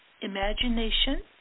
imagination